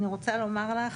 אני רוצה לומר לך,